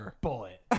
bullet